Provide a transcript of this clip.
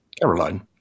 Caroline